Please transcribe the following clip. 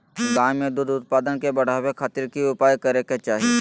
गाय में दूध उत्पादन के बढ़ावे खातिर की उपाय करें कि चाही?